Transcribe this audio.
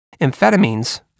Amphetamines